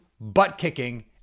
butt-kicking